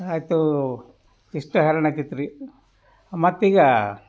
ಆಯಿತು ಇಷ್ಟು ಹೈರಾಣಾಗ್ತಿತ್ರಿ ಮತ್ತೀಗ